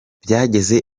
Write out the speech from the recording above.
byageze